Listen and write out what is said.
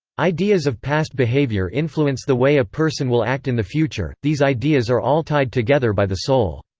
ideas of past behavior influence the way a person will act in the future these ideas are all tied together by the soul.